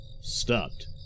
stopped